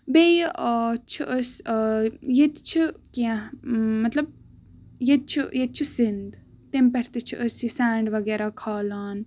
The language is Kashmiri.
بیٚیہِ چھُ أسۍ ییٚتہِ تہِ کیٚنہہ مطلب ییٚتہِ چھُ ییٚتہِ چھُ سِند تَمہِ پٮ۪ٹھ تہِ چھِ أسۍ یہِ سینڈ وغیرہ کھلان